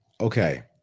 Okay